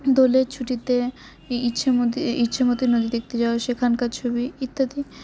দোলের ছুটিতে ইচ্ছেমতী ইচ্ছামতি নদী দেখতে যাওয়া সেখানকার ছবি ইত্যাদি